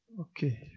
Okay